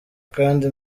kandi